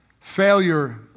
Failure